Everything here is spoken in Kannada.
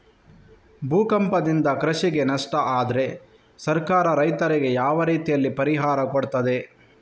ಭೂಕಂಪದಿಂದ ಕೃಷಿಗೆ ನಷ್ಟ ಆದ್ರೆ ಸರ್ಕಾರ ರೈತರಿಗೆ ಯಾವ ರೀತಿಯಲ್ಲಿ ಪರಿಹಾರ ಕೊಡ್ತದೆ?